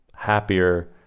happier